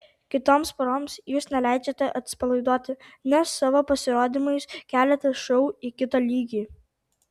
kitoms poroms jūs neleidžiate atsipalaiduoti nes savo pasirodymais keliate šou į kitą lygį